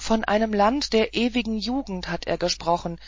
von einem land der ewigen jugend hat er gesprochen